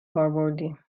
کاربردی